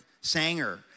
Sanger